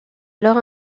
alors